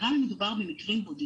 וגם אם מדובר בבודדים,